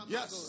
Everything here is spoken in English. Yes